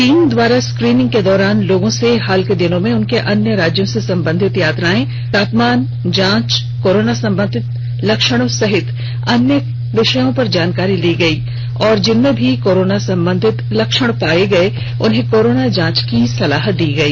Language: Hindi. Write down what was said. टीम द्वारा स्क्रीनिंग के दौरान लोगों से हाल के दिनों में उनके अन्य राज्यों से संबंधित यात्राएं तापमान जांच कोरोना संबंधित लक्षणों सहित कई अन्य विषयों पर जानकारी ली गई और जिनमें भी कोरोना संबंधित लक्षण पाए गए उन्हें कोरोना जांच की सलाह दी गई